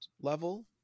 level